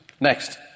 Next